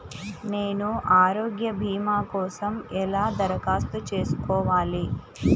నేను ఆరోగ్య భీమా కోసం ఎలా దరఖాస్తు చేసుకోవాలి?